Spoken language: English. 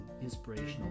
inspirational